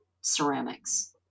ceramics